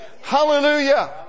Hallelujah